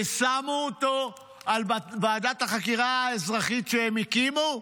ושמו אותו על ועדת החקירה האזרחית שהם הקימו?